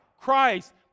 Christ